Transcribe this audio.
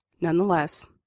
Nonetheless